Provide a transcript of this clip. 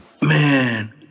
man